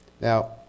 Now